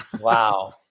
Wow